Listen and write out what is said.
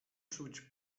czuć